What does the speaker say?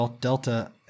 Delta